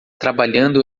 trabalhando